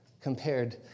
compared